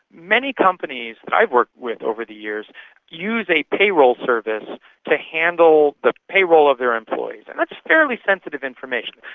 many companies that i've worked with over the years use a payroll service to handle the payroll of their employees. that's fairly sensitive information.